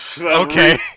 Okay